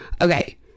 Okay